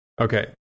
Okay